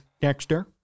Dexter